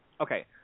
Okay